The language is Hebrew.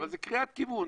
זאת קריאת כיוון.